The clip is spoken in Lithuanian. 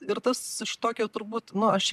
ir tas iš tokio turbūt nu aš